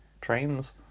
trains